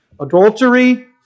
adultery